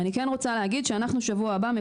אני כן רוצה להגיד שאנחנו שבוע הבא,